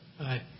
Aye